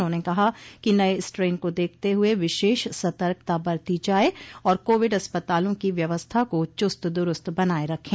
उन्होंने कहा कि नये स्ट्रेन को देखते हुए विशेष सतर्कता बरती जाये और कोविड अस्पतालों की व्यवस्था को चुस्त दुरूस्त बनाये रखे